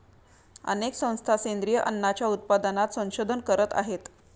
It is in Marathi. अनेक संस्था सेंद्रिय अन्नाच्या उत्पादनात संशोधन करत आहेत